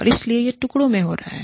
और इसलिए यह टुकड़ों में हो रहा है